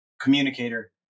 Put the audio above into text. communicator